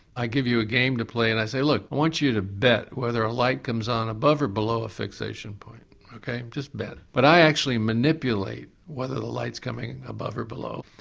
i give you a game to play and i say look, i want you to bet whether a light comes on above or below a fixation point okay just bet. but i actually manipulate whether the light's coming and above or below.